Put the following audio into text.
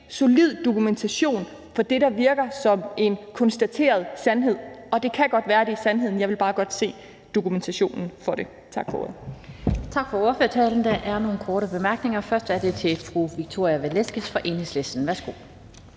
solid dokumentation for det, der virker som en konstateret sandhed. Det kan godt være, at det er sandheden – jeg vil bare godt se dokumentationen for det. Tak for ordet. Kl. 16:10 Den fg. formand (Annette Lind): Tak for ordførertalen. Der er nogle korte bemærkninger. Først er det fra fru Victoria Velasquez fra Enhedslisten. Værsgo.